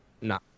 No